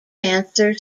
cancer